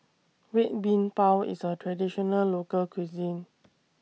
Red Bean Bao IS A Traditional Local Cuisine